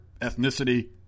ethnicity